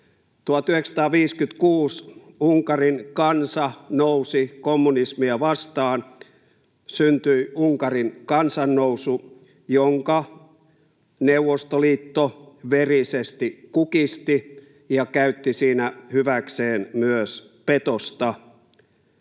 1956 Unkarin kansa nousi kommunismia vastaan, syntyi Unkarin kansannousu, jonka Neuvostoliitto verisesti kukisti ja käytti siinä hyväkseen myös petosta.